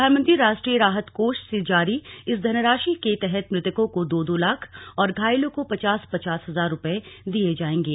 प्रधानमंत्री राष्ट्रीय राहत कोष से जारी इस धनराशि के तहत मृतकों को दो दो लाख और घायलों को पचास पचास हजार रूपये दिये जाएंगे